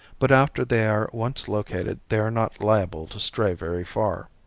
but after they are once located they are not liable to stray very far.